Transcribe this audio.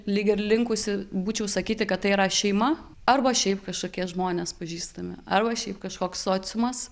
lyg ir linkusi būčiau sakyti kad tai yra šeima arba šiaip kažkokie žmonės pažįstami arba šiaip kažkoks sociumas